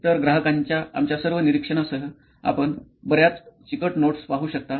तर ग्राहकांच्या आमच्या सर्व निरीक्षणासह आपण बर्याच चिकट नोट्स पाहू शकता